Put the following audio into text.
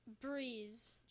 Breeze